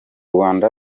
rwanda